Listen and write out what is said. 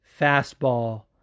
Fastball